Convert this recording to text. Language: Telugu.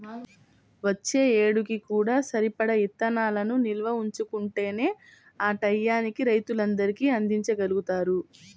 వచ్చే ఏడుకి కూడా సరిపడా ఇత్తనాలను నిల్వ ఉంచుకుంటేనే ఆ టైయ్యానికి రైతులందరికీ అందిచ్చగలుగుతారు